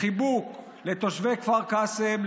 חיבוק לתושבי כפר קאסם,